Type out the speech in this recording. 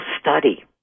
study